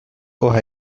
ohio